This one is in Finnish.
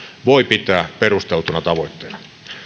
voi pitää perusteltuna tavoitteena